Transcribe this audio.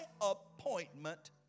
appointment